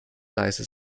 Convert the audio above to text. leise